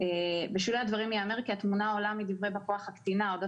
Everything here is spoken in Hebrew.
"בשולי הדברים ייאמר כי התמונה העולה מדברי בא כוח הקטינה אודות